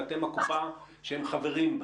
ואתם הקופה שהם חברים בה.